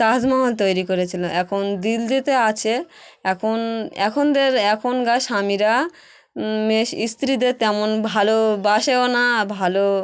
তাজমহল তৈরি করেছিলো এখন দিল্লিতে আচে একন এখনদার এখনকার স্বামীরা এস স্ত্রীদের তেমন ভালোবাসেও না ভালো